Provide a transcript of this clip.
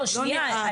לא, שנייה.